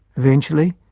eventually,